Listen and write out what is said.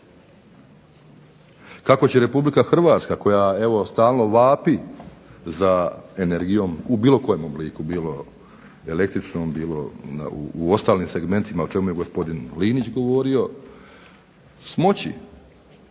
Kako će Republika Hrvatska, koja evo stalno vapi za energijom u bilo kojem obliku, bilo električnom, bilo u ostalim segmentima o čemu je gospodin Linić govorio, smoći